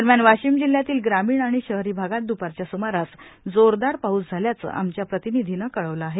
दरम्यान वाशिम जिल्ह्यातील ग्रामीण आणि शहरी भागात द्पारच्या सुमारास जोरदार पाऊस झाल्याचं आमच्या प्रतिनिधीने कळवलं आहे